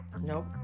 Nope